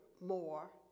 more